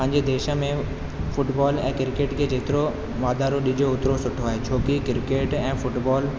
पंहिंजे देश में फुटबॉल ऐं किरकेट जेतिरो वाधारो ॾिजे ओतिरो सुठो आहे छोकी किरकेट ऐं फुटबॉल